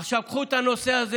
עכשיו, קחו את הנושא הזה